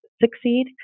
succeed